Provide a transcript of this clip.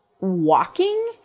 walking